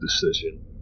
decision